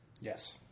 Yes